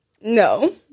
No